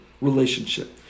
relationship